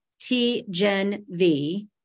TGENV